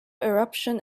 eruption